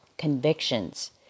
convictions